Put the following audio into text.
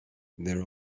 there